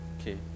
Okay